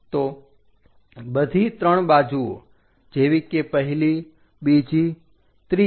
તો બધી 3 બાજુઓ જેવી કે પહેલી બીજી ત્રીજી